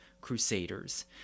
Crusaders